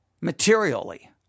materially